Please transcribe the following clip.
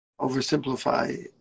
Oversimplify